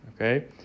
Okay